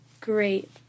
great